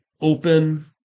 open